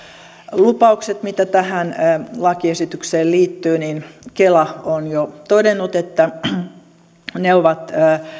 lupauksista mitä tähän lakiesitykseen liittyy kela on jo todennut että ne ovat